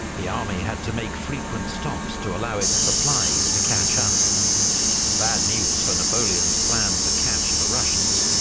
the army had to make frequent stops to allow its supplies to catch up bad news for napoleon's plan to catch the russians,